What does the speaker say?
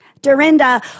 Dorinda